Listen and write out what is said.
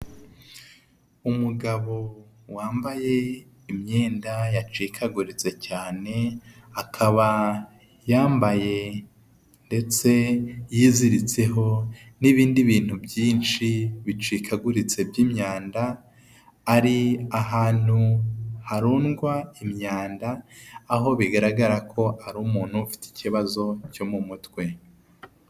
Umugabo wambaye imyenda yacikaguritse cyane akaba yambaye ndetse yiziritseho n'ibindi bintu byinshi bicikaguritse by'imyanda ari ahantu harundwa imyanda aho bigaragara ko ari umuntu ufite ikibazo cyo mu mutwe.